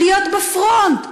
להיות בפרונט,